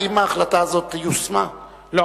האם ההחלטה הזאת יושמה?